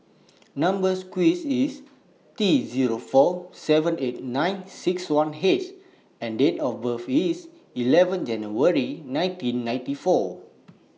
Number sequence IS T Zero four seven eight nine six one H and Date of birth IS eleven January nineteen ninety four